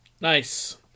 Nice